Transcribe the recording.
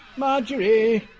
marjorie!